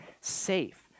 safe